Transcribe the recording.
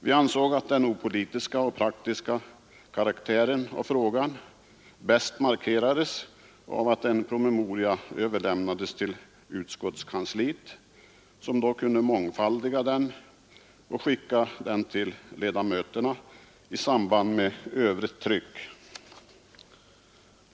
Vi ansåg att den opolitiska och praktiska karaktären av frågan bäst markerades av att en promemoria överlämnades till utskottskansliet, som då kunde mångfaldiga den och sända den till ledamöterna i samband med övrigt tryck.